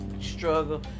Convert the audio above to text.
struggle